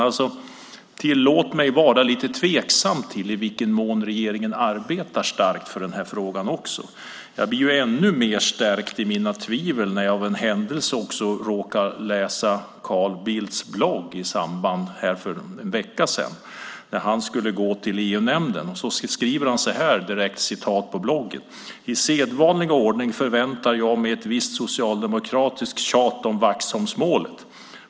Tillåt mig att vara lite tveksam till i vilken mån regeringen arbetar starkt för den här frågan. Jag blir ännu mer stärkt i mina tvivel när jag av en händelse råkar läsa Carl Bildts blogg för någon vecka sedan när han skulle gå till EU-nämnden. Han skriver så här: I sedvanlig ordning förväntar jag mig ett visst socialdemokratiskt tjat om Vaxholmsmålet.